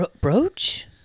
brooch